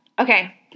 Okay